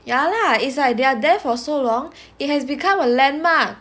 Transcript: ya lah it's like they are there for so long it has become a landmark